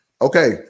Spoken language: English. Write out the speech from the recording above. Okay